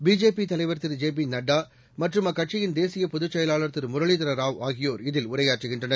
பிஜேபிதலைவர் திரு ஜெ பிநட்டாமற்றும் அக்கட்சியின் தேசியபொதுச்செயலாளர் திருமுரளிதரராவ் ஆகியோர் இதில் உரையாற்றுகின்றனர்